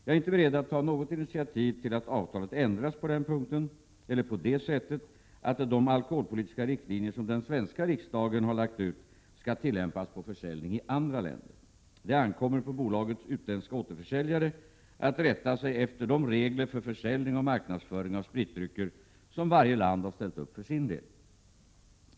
Jag är inte beredd att ta något initiativ till att avtalet ändras på den punkten eller på det sättet att de alkoholpolitiska riktlinjer som den svenska riksdagen har lagt ut skall tillämpas på försäljning i andra länder. Det ankommer på bolagets utländska återförsäljare att rätta sig efter de regler för försäljning och marknadsföring av spritdrycker som varje land har ställt upp för sin del.